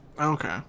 Okay